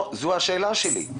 לא זו השאלה שלי.